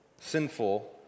sinful